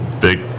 Big